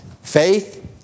Faith